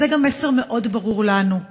וזה גם מסר מאוד ברור לנו,